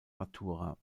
matura